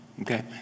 okay